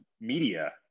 media